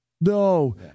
no